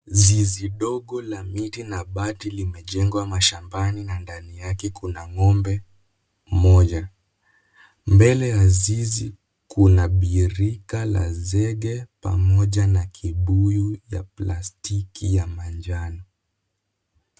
Zizi dogo la miti na bati limejengwa mashambani na ndani yake kuna ng'ombe mmoja. Mbele ya zizi kuna birika la zege pamoja na kibuyu cha plastiki cha manjano.